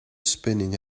spinning